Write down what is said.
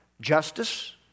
justice